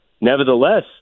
nevertheless